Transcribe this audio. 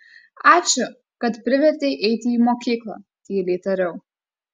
ačiū kad privertei eiti į mokyklą tyliai tariau